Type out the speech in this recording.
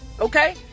Okay